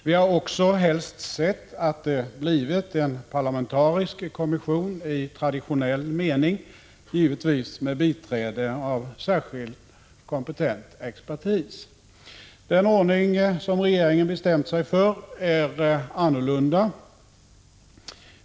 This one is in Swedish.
Vi hade också helst sett att det blivit en parlamentarisk kommission i traditionell mening, givetvis med biträde av särskild kompetent expertis. Den ordning som regeringen bestämt sig för är annorlunda.